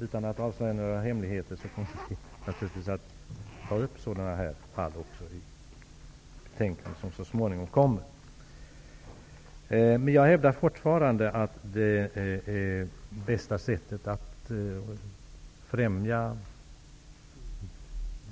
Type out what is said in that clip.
Utan att avslöja några hemligheter kan jag säga att vi naturligtvis kommer att ta upp sådana fall i det betänkande som så småningom kommer. Jag hävdar fortfarande att det bästa sättet att främja